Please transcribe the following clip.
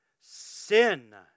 sin